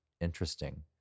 interesting